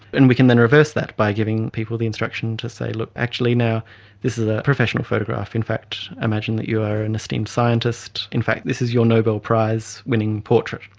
and we can then reverse that by giving people the instruction to say, look, actually now this is a professional photograph. in fact, imagine that you are an esteemed scientist, in fact this is your nobel prize-winning portrait,